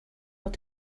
will